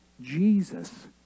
Jesus